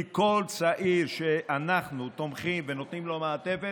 כי כל צעיר שאנחנו תומכים בו ונותנים לו מעטפת,